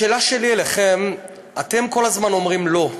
השאלה שלי אליכם, אתם כל הזמן אומרים לא,